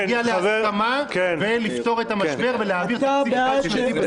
להגיע להסכמה ולפתור את המשבר ולהעביר תקציב חד-שנתי.